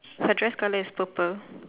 her dress colour is purple